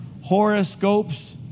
horoscopes